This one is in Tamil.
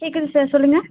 கேட்குது சார் சொல்லுங்க